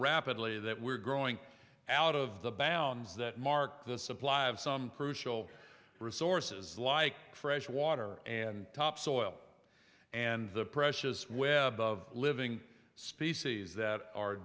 rapidly that we're growing out of the bounds that mark the supply of some crucial resources like fresh water and topsoil and the precious web of living species that are